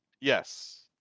Yes